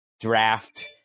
draft